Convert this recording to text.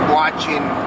watching